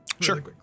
Sure